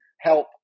help